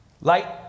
Light